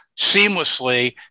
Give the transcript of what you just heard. seamlessly